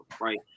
right